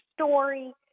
story